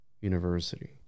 University